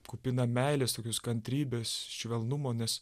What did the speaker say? kupina meilės tokios kantrybės švelnumo nes